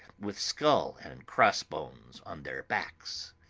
with skull and cross-bones on their backs.